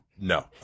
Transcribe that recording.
No